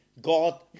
God